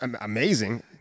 amazing